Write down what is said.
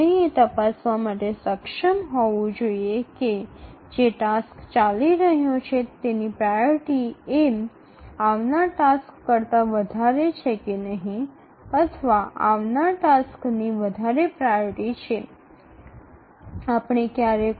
আমাদের এটি পরীক্ষা করতে সক্ষম হওয়া উচিত যে কাজটি চলছে তার অগ্রাধিকার আগত টাস্কের চেয়ে বেশি বা আগত কার্যের অগ্রাধিকার রয়েছে কিনা সেটা দেখার